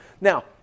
now